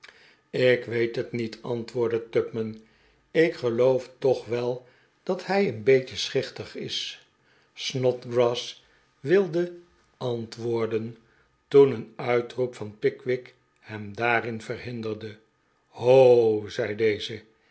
ik weet het niet antwoordde tupman ik geloof toch wel dat hii een beetje schichtig is snodgrass wilde antwoorden toen een uitroep van pickwick hem daarin verhinderde ho zei deze